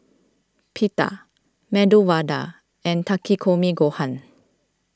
Pita Medu Vada and Takikomi Gohan